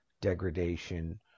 degradation